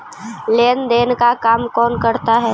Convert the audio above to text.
लेन देन का काम कौन करता है?